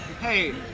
hey